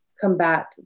combat